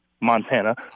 Montana